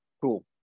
Cool